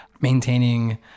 maintaining